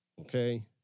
okay